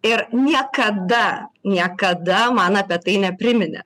ir niekada niekada man apie tai nepriminė